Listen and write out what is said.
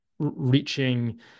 reaching